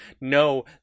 No